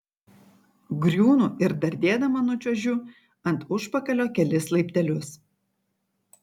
griūnu ir dardėdama nučiuožiu ant užpakalio kelis laiptelius